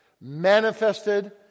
Manifested